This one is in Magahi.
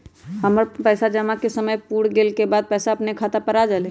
हमर जमा पैसा के समय पुर गेल के बाद पैसा अपने खाता पर आ जाले?